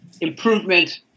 improvement